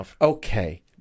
Okay